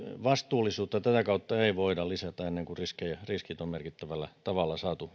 vastuullisuutta tätä kautta ei voida lisätä ennen kuin riskit on merkittävällä tavalla saatu